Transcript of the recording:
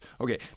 Okay